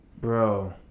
Bro